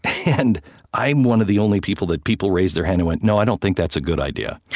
and i'm one of the only people that people raised their hand and went, no, i don't think that's a good idea.